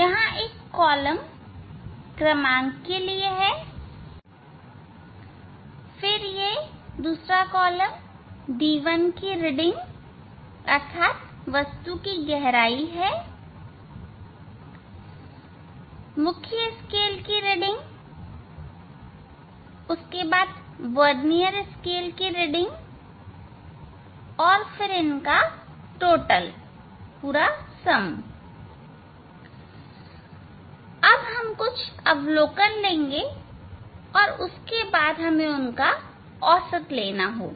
यहां एक कॉलम क्रमांक के लिए है फिर d1 की रीडिंग अर्थात वस्तु की गहराई मुख्य स्केल की रीडिंग वर्नियर स्केल की रीडिंग और तब इनका सम फिर हम कुछ अवलोकन लेंगे उसके बाद हमें उनका औसत लेना होगा